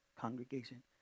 Congregation